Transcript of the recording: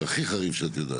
בעניין, והכי חריף שאת יודעת.